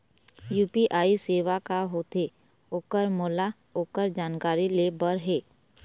UPI सेवा का होथे ओकर मोला ओकर जानकारी ले बर हे?